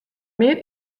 mear